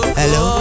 hello